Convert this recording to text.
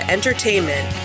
Entertainment